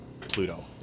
Pluto